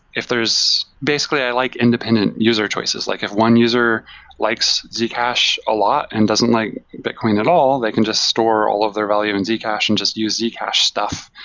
if there's basically, i like independent user choices. like if one user likes zcash a lot and doesn't like bitcoin at all, they can just store all of their value in zcash and just use zcash stuff.